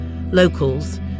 Locals